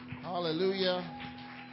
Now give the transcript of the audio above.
Hallelujah